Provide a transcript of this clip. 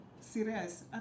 serious